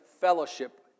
fellowship